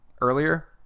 earlier